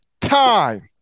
time